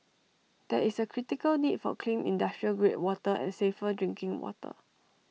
there is A critical need for clean industrial grade water and safer drinking water